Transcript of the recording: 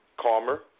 calmer